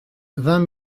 vingt